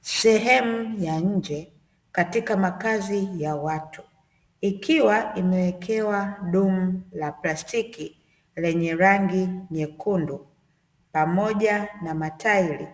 Sehemu ya nje katika makazi ya watu, ikiwa imewekea dumu la plastiki lenye rangi nyekundu, pamoja na matairi